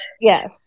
Yes